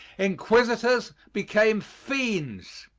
inquisitors became fiends.